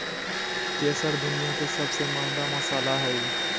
केसर दुनिया के सबसे महंगा मसाला हइ